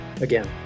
again